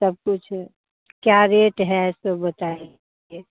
सब कुछ क्या रेट है सो बताइए